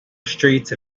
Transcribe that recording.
streets